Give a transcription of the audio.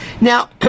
Now